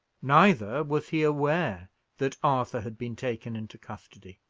neither was he aware that arthur had been taken into custody.